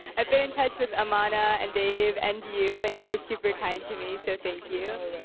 i've been in touch with amana, and dave, and you. and you were super kind to me, so thank you. oh, right.